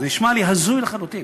זה נשמע לי הזוי לחלוטין,